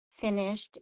finished